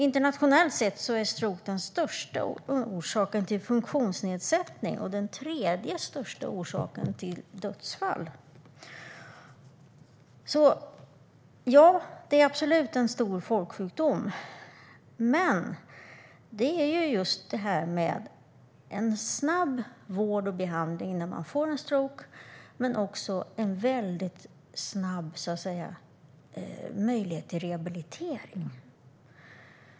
Internationellt sett är stroke den största orsaken till funktionsnedsättning och den tredje största orsaken till dödsfall. Det är absolut en stor folksjukdom, och därför handlar det om snabb vård och behandling när man får en stroke men också om en väldigt snabb möjlighet till rehabilitering.